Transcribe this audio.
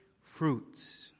fruits